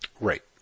Right